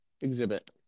exhibit